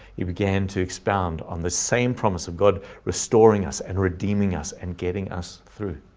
you began to expound on the same promise of god restoring us and redeeming us and getting us through.